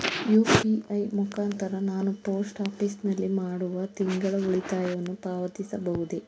UPI ಮುಖಾಂತರ ನಾನು post office ನಲ್ಲಿ ಮಾಡುವ ತಿಂಗಳ ಉಳಿತಾಯವನ್ನು ಪಾವತಿಸಬಹುದೇ?